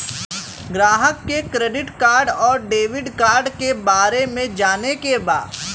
ग्राहक के credit card और डेविड कार्ड के बारे में जाने के बा?